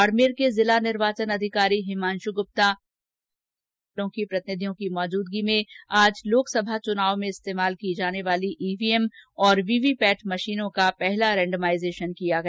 बाड़मेर के जिला निर्वाचन अधिकारी हिमांशु गुप्ता और राजनीतिक दलों के प्रतिनिधियों की मौजूदगी में आज लोकसभा चुनाव में इस्तेमाल की जाने वाली ईवीएम और वीवीपेट मशीनों का पहला रेंडमाइजेशन किया गया